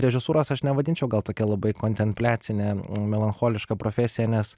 režisūros aš nevadinčiau gal tokia labai kontempliacine melancholiška profesija nes